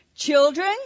Children